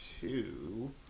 two